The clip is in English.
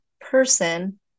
person